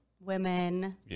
women